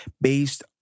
based